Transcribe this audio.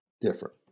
different